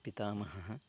पितामहः